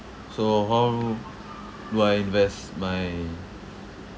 so how do I invest my